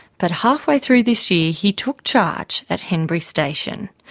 but halfway through this year he took charge at henbury station.